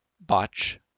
botch